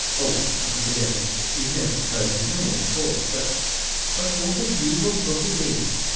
oh, i am forgetting you have never heard his name, of course but but what a beautiful book it is!